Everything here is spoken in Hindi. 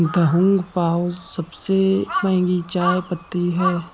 दहुंग पाओ सबसे महंगी चाय पत्ती है